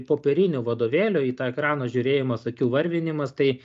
popierinių vadovėlių į tą ekraną žiūrėjimas akių varvinimas tai